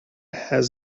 has